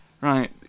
Right